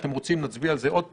אתם רוצים, נצביע על זה עוד פעם.